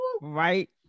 right